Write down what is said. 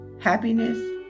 happiness